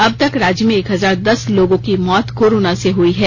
अब तक राज्य में एक हजार दस लोगों की मौत कोरोना से हई हैं